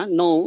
no